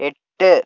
എട്ട്